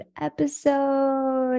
episode